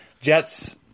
Jets